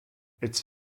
its